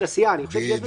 כי אחרת לא הייתה דרך.